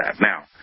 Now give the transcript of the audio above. Now